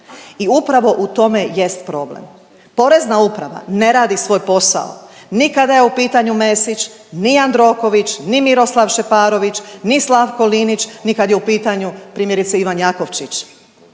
I upravo u tome jest problem. Porezna uprava ne radi svoj posao, ni kada je u pitanju Mesić, ni Jandroković, ni Miroslav Šeparović, ni Slavko Linić ni kad je u pitanju primjerice Ivan Jakovčić.